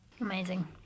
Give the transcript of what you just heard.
amazing